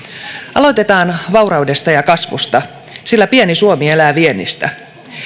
aloitetaan vauraudesta ja kasvusta sillä pieni suomi elää viennistä